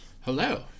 Hello